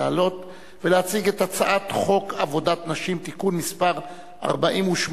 לעלות ולהציג את הצעת חוק עבודת נשים (תיקון מס' 48),